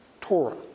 Torah